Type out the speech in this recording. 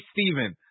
Steven